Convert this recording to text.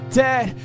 dead